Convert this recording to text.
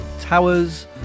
towers